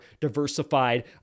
diversified